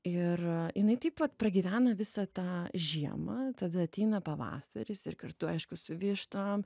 ir jinai taip vat pragyvena visą tą žiemą tada ateina pavasaris ir kartu aišku su vištom